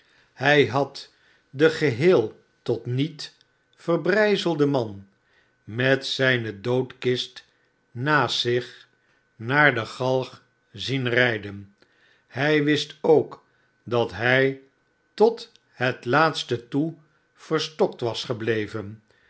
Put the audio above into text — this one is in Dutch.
hij had den geheel tot niet verbrijzelden man met zijne doodkist naast zich naar de galg zien rijden hi wist ook dat hij tot het laatste toe verstokt was gebleven